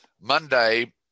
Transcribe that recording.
Monday